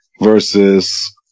versus